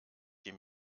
die